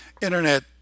internet